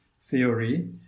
theory